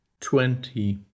twenty